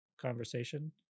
conversation